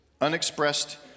Unexpressed